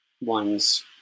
one's